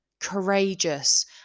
courageous